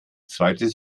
zweites